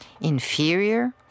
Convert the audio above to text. inferior